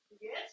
yes